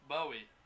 Bowie